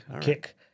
Kick